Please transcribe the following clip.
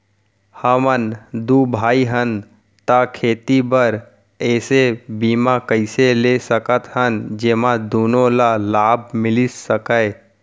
हमन दू भाई हन ता खेती बर ऐसे बीमा कइसे ले सकत हन जेमा दूनो ला लाभ मिलिस सकए?